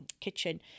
kitchen